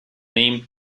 name